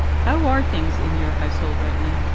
how are things in your household right now?